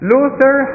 Luther